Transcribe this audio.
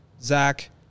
Zach